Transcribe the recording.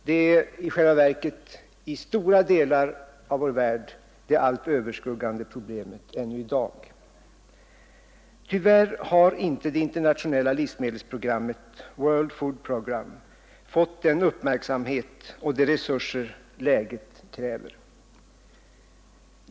Det är i stora delar av vår värld det allt annat överskuggande problemet ännu i dag. Tyvärr har inte det internationella livsmedelsprogrammet, World Food Programme, fått den uppmärksamhet och de resurser läget kräver.